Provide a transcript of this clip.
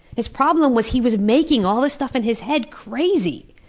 his problem was, he was making all this stuff in his head crazy,